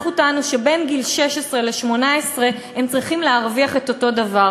אנחנו טענו שבין גיל 16 ל-18 הם צריכים להרוויח אותו שכר.